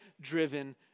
driven